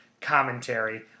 commentary